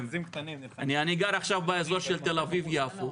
אני גר עכשיו באזור של תל אביב-יפו,